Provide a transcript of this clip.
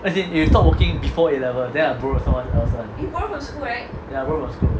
as in it stop working before a level then I borrow from someone else one ya I borrow from school